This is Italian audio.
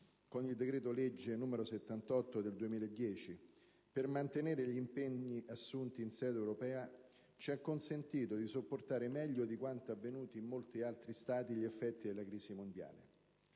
con il decreto-legge n. 78 del 2010 per mantenere gli impegni assunti in sede europea ci ha consentito di sopportare meglio di quanto avvenuto in molti altri Stati gli effetti della crisi mondiale.